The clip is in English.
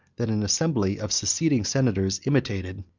that an assembly of seceding senators imitated,